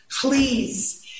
Please